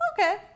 okay